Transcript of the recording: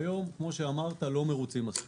היום, כמו שאמרת, לא מרוצים מספיק.